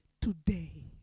today